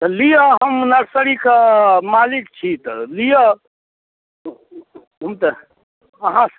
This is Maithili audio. तऽ लिऽ हम नर्सरीके मालिक छी तऽ लिऽ हम तऽ अहाँ